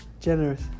generous